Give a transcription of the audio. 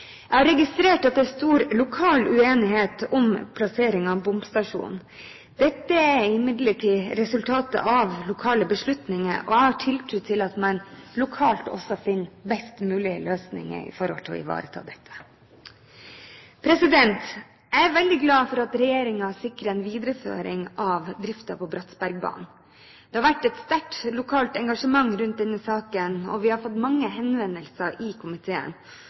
Jeg har registrert at det er stor lokal uenighet om plasseringen av bomstasjonene. Dette er imidlertid et resultat av lokale beslutninger, og jeg har tiltro til at man lokalt også finner best mulig løsninger for å ivareta dette. Jeg er veldig glad for at regjeringen sikrer en videreføring av driften på Bratsbergbanen. Det har vært et sterkt lokalt engasjement rundt denne saken, og vi har fått mange henvendelser i komiteen.